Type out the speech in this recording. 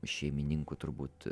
šeimininkų turbūt